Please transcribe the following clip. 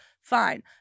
fine